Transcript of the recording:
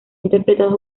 interpretados